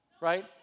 right